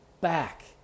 back